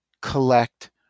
collect